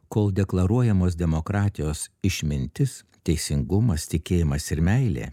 kol deklaruojamos demokratijos išmintis teisingumas tikėjimas ir meilė